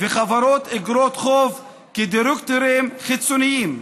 וחברות אגרות חוב כדירקטורים חיצוניים,